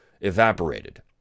evaporated